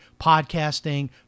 podcasting